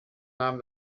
nahm